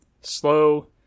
slow